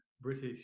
British